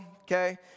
Okay